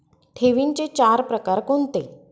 ठेवींचे चार प्रकार कोणते?